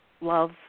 love